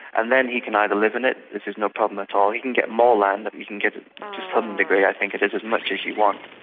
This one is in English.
and then he can either live in it, which is no problem at all he can get more land, you can get to some degree, i think it is, as much as you want.